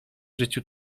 życiu